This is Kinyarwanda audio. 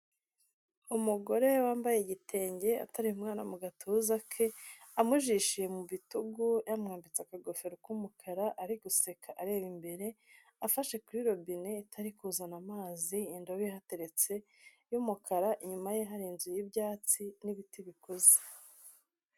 Umugore wambaye igitenge atari umwana mu gatuza ke, amujishije mu bitugu, yamwambitse aka ingofero k'umukara, ari guseka areba imbere, afashe kuri robine itari kuzana amazi, indobe ihateretse y'umukara, inyuma ye hari inzu y'ibyatsi, n'ibiti bikuze.